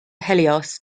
helios